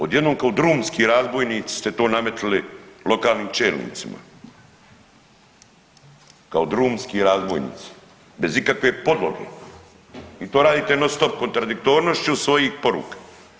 Odjednom kao drumski razbojnici ste to nametnuli lokalnim čelnicima, kao drumski razbojnici bez ikakve podloge i to radite non-stop kontradiktornošću svojih poruka.